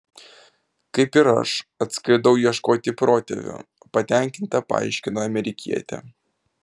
kaip ir aš atskridau ieškoti protėvių patenkinta paaiškino amerikietė